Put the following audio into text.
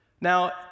Now